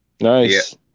nice